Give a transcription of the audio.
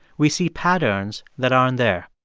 we see patterns that aren't there.